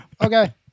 Okay